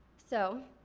so.